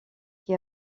qui